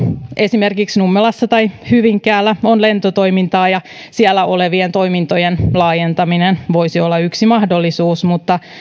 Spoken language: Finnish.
esimerkiksi nummelassa tai hyvinkäällä on lentotoimintaa ja siellä olevien toimintojen laajentaminen voisi olla yksi mahdollisuus mutta